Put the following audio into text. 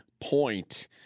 point